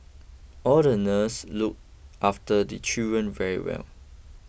all the nurse look after the children very well